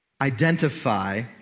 identify